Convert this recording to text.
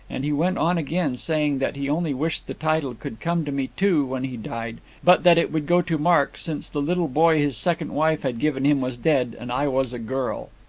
and he went on again, saying that he only wished the title could come to me too, when he died but that it would go to mark, since the little boy his second wife had given him was dead, and i was a girl.